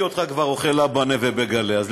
אני